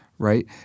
right